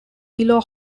below